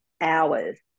hours